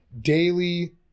daily